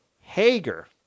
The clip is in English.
Hager